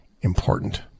Important